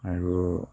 আৰু